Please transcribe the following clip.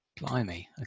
Blimey